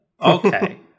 okay